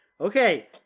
Okay